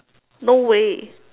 no way